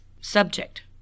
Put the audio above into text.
subject